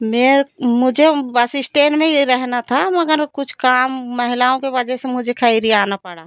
मेरे मुझे ओ बस इश्टेन में ही रहना था मगर कुछ काम महिलाओं के वजह से मुझे खैरी आना पड़ा